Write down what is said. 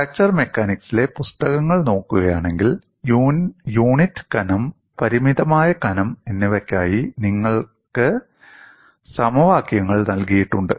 fracture മെക്കാനിക്സിലെ പുസ്തകങ്ങൾ നോക്കുകയാണെങ്കിൽ യൂണിറ്റ് കനം പരിമിതമായ കനം എന്നിവയ്ക്കായി നിങ്ങൾക്ക് സമവാക്യങ്ങൾ നൽകിയിട്ടുണ്ട്